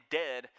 dead